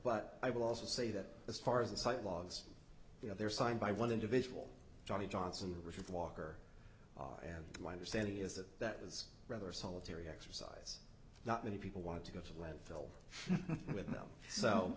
but i will also say that as far as the site logs you know they were signed by one individual johnny johnson the richard walker and my understanding is that that was rather solitary exercise not many people want to go to the landfill with them so